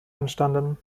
entstanden